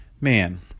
man